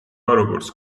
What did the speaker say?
როგორც